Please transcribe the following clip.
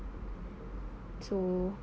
so